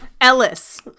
Ellis